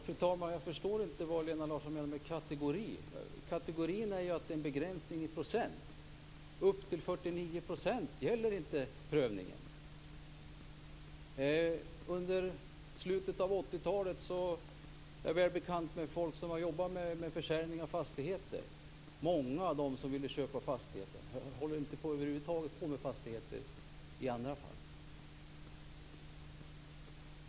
Fru talman! Jag förstår inte vad Lena Larsson menar med "kategori". Det finns en begränsning i procent. Prövningen gäller inte för bolag med 49 % fastighetsinnehav. Jag är väl bekant med folk som har jobbat med försäljning av fastigheter. Många av dem som ville köpa fastigheter under slutet av 80-talet håller över huvud taget inte på med fastigheter i dag.